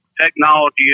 Technology